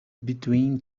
between